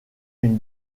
une